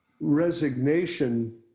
resignation